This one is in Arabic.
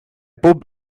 بوب